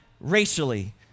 racially